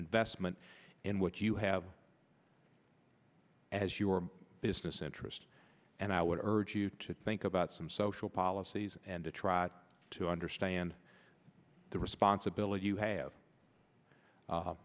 investment in what you have as your business interests and i would urge you to think about some social policies and to try to understand the responsibility you have